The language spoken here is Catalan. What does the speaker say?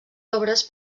obres